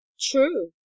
True